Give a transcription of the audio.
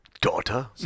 Daughter